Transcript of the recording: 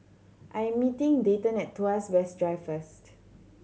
I am meeting Dayton at Tuas West Drive first